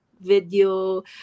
video